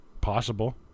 Possible